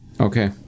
Okay